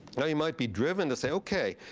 now, you might be driven to say, ok,